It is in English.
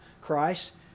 christ